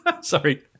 Sorry